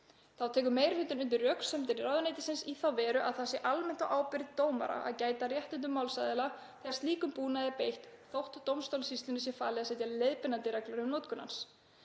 Þá tekur meiri hlutinn undir röksemdir ráðuneytisins í þá veru að það sé almennt á ábyrgð dómara að gæta að réttindum málsaðila þegar slíkum búnaði er beitt þótt dómstólasýslunni sé falið að setja leiðbeinandi reglur um notkun hans.